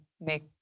make